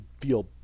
feel